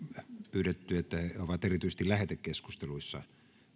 pyydetty että he ovat erityisesti lähetekeskusteluissa